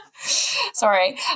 Sorry